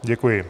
Děkuji.